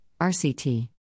RCT